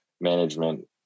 management